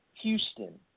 Houston